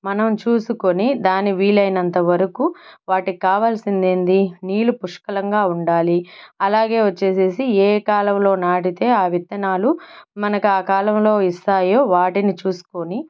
మనం చూసుకొని దాని వీలైనంతవరకు వాటికి కావాల్సింది ఏంది నీళ్ళు పుష్కలంగా ఉండాలి అలాగే వచ్చేసి ఏ కాలంలో నాటితే ఆ విత్తనాలు మనకు ఆ కాలంలో ఇస్తాయో వాటిని చూసుకొని